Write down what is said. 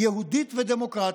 "יהודית ודמוקרטית",